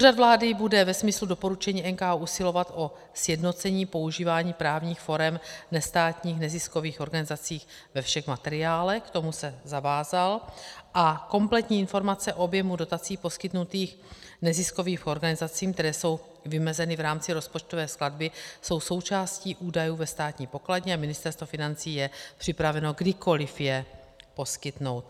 Úřad vlády bude ve smyslu doporučení NKÚ usilovat o sjednocení používání právních forem nestátních neziskových organizacích ve všech materiálech, k tomu se zavázal, a kompletní informace o objemu dotací poskytnutých neziskovým organizacím, které jsou vymezeny v rámci rozpočtové skladby, jsou součástí údajů ve státní pokladně a Ministerstvo financí je připraveno kdykoliv je poskytnout.